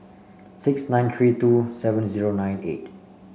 six nine three two seven zero nine eight